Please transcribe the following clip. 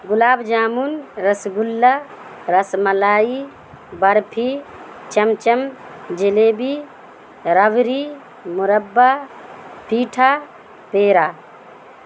گلاب jamun rasgulla rasmalai barfi chamcham jalebi rabri murabba petha پیڑا